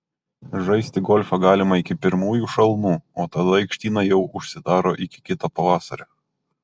žaisti golfą galima iki pirmųjų šalnų o tada aikštynai jau užsidaro iki kito pavasario